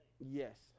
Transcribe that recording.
Yes